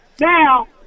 Now